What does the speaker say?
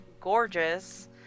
gorgeous